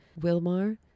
Wilmar